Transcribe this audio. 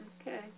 Okay